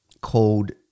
called